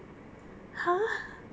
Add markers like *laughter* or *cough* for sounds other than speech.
*laughs*